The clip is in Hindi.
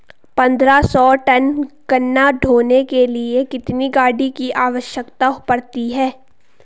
पन्द्रह सौ टन गन्ना ढोने के लिए कितनी गाड़ी की आवश्यकता पड़ती है?